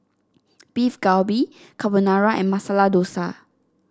Beef Galbi Carbonara and Masala Dosa